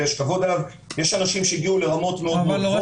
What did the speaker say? ויש כבוד אליו יש אנשים שהגיעו לרמות מאוד גבוהות,